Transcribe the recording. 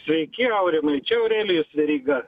sveiki aurimai čia aurelijus veryga